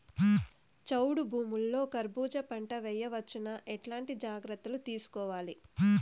చౌడు భూముల్లో కర్బూజ పంట వేయవచ్చు నా? ఎట్లాంటి జాగ్రత్తలు తీసుకోవాలి?